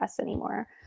anymore